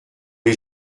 les